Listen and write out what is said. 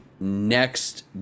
next